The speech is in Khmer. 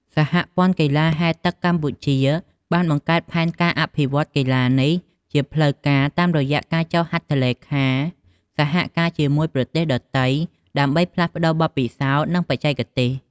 សហព័ន្ធកីឡាហែលទឹកកម្ពុជា បានបង្កើតផែនការអភិវឌ្ឍកីឡានេះជាផ្លូវការតាមរយៈការចុះហត្ថលេខាសហការជាមួយប្រទេសដទៃ ដើម្បីផ្លាស់ប្តូរបទពិសោធន៍ និងបច្ចេកទេស។